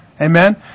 Amen